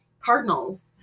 cardinals